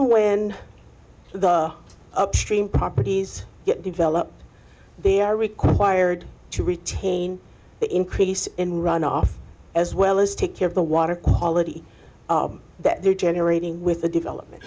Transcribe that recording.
in when the upstream properties get developed they are required to retain the increase in runoff as well as take care of the water quality that they're generating with the development